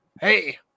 hey